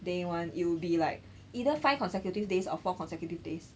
day one it'll be like either five consecutive days or four consecutive days